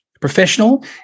Professional